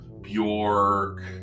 Bjork